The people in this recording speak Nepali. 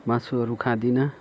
मासुहरू खाँदिनँ